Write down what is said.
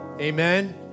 Amen